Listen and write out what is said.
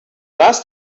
last